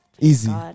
Easy